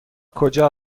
کجا